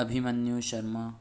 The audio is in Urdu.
ابھیمنیو شرما